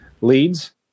leads